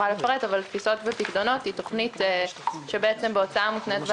של הוצאה מותנית בהכנסה,